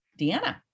Deanna